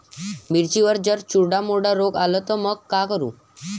मिर्चीवर जर चुर्डा मुर्डा रोग आला त मंग का करू?